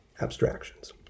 abstractions